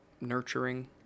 nurturing